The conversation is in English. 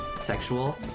sexual